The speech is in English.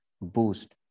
boost